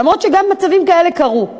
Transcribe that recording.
למרות שגם מצבים כאלה קרו.